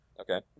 Okay